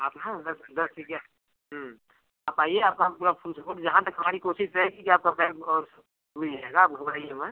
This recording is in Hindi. आप यहाँ दस दस ग्यारह आप आइए आपका हम पूरा फुल सपोर्ट जहाँ तक हमारी कोशिश रहेगी कि आपका बैग पर्स मिल जाएगा आप घबराइए मत